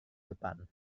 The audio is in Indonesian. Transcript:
depan